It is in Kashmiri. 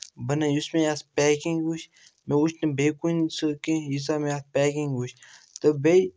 بَنٲو یُس مےٚ اَتھ پیکِنٛگ وٕچھ مےٚ وٕچھ نہٕ بیٚیہِ کُنہِ سۭتۍ کینٛہہ ییٖژاہ مےٚ اَتھ پیکِنٛگ وٕچھ تہٕ بیٚیہِ